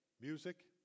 music